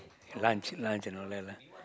lunch lunch and all that lah